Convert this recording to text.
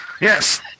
yes